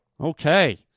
okay